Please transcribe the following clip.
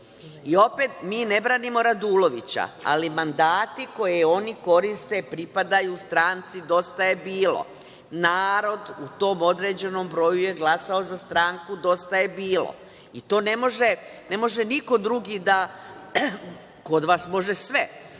I opet, mi ne branimo Radulovića, ali mandati koje oni koriste pripadaju stranci Dosta je bilo. Narod u tom određenom broju je glasao za stranku Dosta je bilo i to ne može niko drugi da… Kod vas može sve. Šta